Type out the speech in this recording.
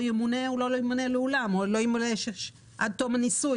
ימונה לעולם או לא ימונה עד תום הניסוי.